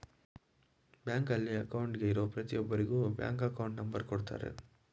ಬ್ಯಾಂಕಲ್ಲಿ ಅಕೌಂಟ್ಗೆ ಇರೋ ಪ್ರತಿಯೊಬ್ಬರಿಗೂ ಬ್ಯಾಂಕ್ ಅಕೌಂಟ್ ನಂಬರ್ ಕೊಡುತ್ತಾರೆ